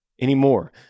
anymore